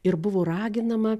ir buvo raginama